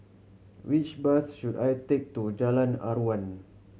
which bus should I take to Jalan Aruan